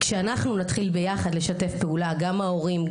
כשאנחנו נתחיל ביחד לשתף פעולה גם ההורים,